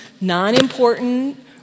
non-important